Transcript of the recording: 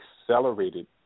accelerated